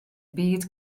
byd